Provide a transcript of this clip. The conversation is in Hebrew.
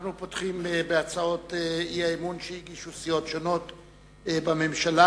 אנחנו פותחים בהצעות האי-אמון שהגישו סיעות שונות בממשלה,